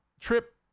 trip